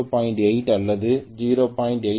8 அல்லது 0